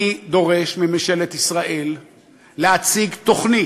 אני דורש מממשלת ישראל להציג תוכנית,